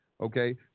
Okay